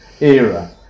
era